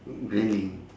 really